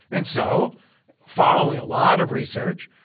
and so following a lot of research,